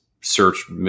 search